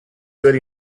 good